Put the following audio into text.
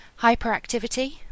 hyperactivity